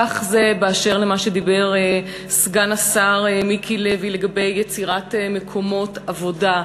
כך זה באשר למה שדיבר סגן השר מיקי לוי על יצירת מקומות עבודה,